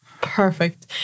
Perfect